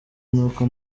nuko